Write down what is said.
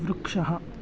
वृक्षः